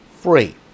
free